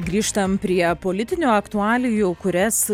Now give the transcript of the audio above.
grįžtam prie politinių aktualijų kurias